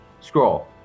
scroll